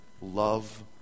Love